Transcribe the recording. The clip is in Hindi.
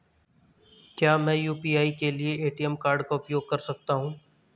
क्या मैं यू.पी.आई के लिए ए.टी.एम कार्ड का उपयोग कर सकता हूँ?